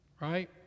right